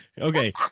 Okay